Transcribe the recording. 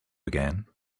again